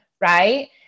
Right